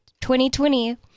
2020